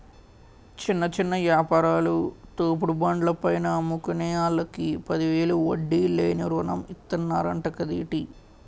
చిన్న చిన్న యాపారాలు, తోపుడు బండ్ల పైన అమ్ముకునే ఆల్లకి పదివేలు వడ్డీ లేని రుణం ఇతన్నరంట కదేటి